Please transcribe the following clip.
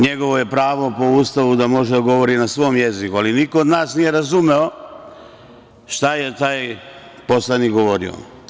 Njegovo je pravo, po Ustavu, da može da govori na svom jeziku, ali niko od nas nije razumeo šta je taj poslanik govorio.